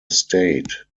state